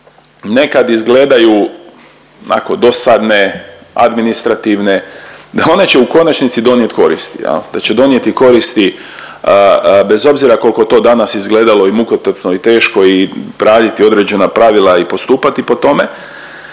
nekad izgledaju onako dosadne, administrativne, da one će u konačnosti donijeti koristi jel, da će donijeti koristi bez obzira kolko to danas izgledalo i mukotrpno i teško i raditi određena pravila i postupati po tome